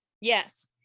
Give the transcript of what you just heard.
Yes